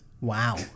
Wow